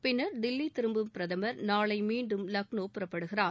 பின்னர் தில்லி திரும்பும் பிரதமர் நாளை மீண்டும் லக்னோ புறப்படுகிறார்